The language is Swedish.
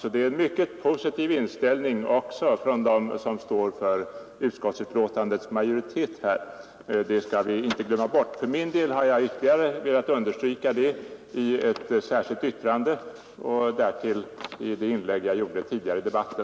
Det är alltså en mycket positiv inställning också från dem som bildar utskottsmajoriteten — det skall vi inte glömma bort. För min del har jag ytterligare velat understryka detta i ett särskilt yttrande och därtill i det inlägg jag gjorde tidigare i debatten.